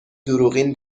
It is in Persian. دروغین